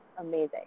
amazing